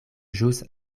ĵus